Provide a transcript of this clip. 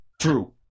True